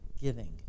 giving